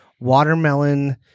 watermelon